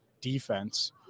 defense